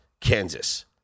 Kansas